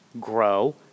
grow